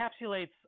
encapsulates